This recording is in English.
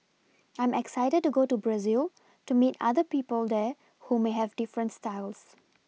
I'm excited to go to Brazil to meet other people there who may have different styles